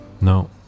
No